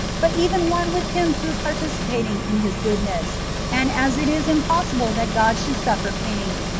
but even one with him through participating in his goodness and as it is impossible that god should snffer pain,